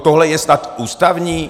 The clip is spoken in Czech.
Tohle je snad ústavní?